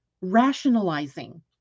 rationalizing